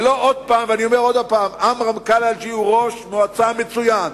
ואני אומר עוד פעם: עמרם קלעג'י הוא ראש מועצה מצוין.